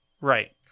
Right